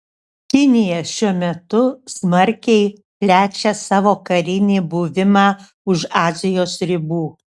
kinija šiuo metu smarkiai plečia savo karinį buvimą už azijos ribų